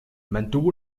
mantuvo